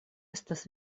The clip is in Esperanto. estas